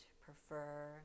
prefer